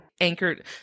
anchored